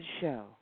show